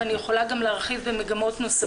ואני יכולה גם להרחיב לגבי מגמות נוספות.